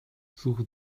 suche